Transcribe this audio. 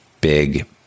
big